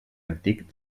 antic